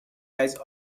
rise